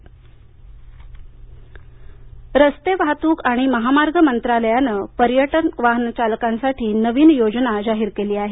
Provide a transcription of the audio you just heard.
पर्यटन रस्ते वाहतूक आणि महामार्ग मंत्रालयाने पर्यटक वाहन चालकांसाठी नवीन योजना जाहीर केली आहे